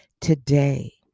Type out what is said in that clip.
today